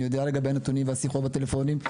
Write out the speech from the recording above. אני יודע לגבי הנתונים והשיחות והטלפונים,